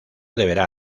deberá